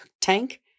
tank